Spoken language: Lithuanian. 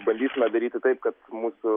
bandysime daryti taip kad mūsų